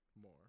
more